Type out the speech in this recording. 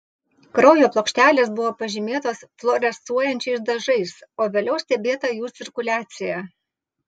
kraujo plokštelės buvo pažymėtos fluorescuojančiais dažais o vėliau stebėta jų cirkuliacija